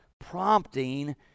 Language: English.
prompting